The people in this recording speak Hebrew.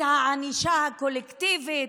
את הענישה הקולקטיבית.